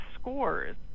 scores